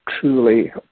truly